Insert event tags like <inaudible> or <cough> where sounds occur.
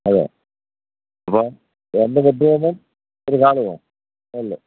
അതെ അപ്പം രണ്ട് <unintelligible>